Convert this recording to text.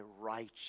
righteous